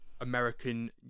american